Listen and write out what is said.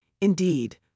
Indeed